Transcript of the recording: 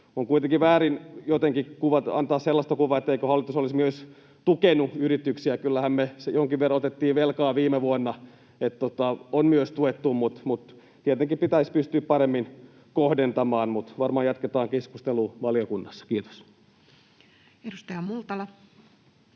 On kuitenkin väärin jotenkin antaa sellaista kuvaa, etteikö hallitus olisi myös tukenut yrityksiä. Kyllähän me jonkin verran otettiin velkaa viime vuonna, niin että on myös tuettu, mutta tietenkin pitäisi pystyä paremmin kohdentamaan. Mutta varmaan jatketaan keskustelua valiokunnassa. — Kiitos. Edustaja Multala.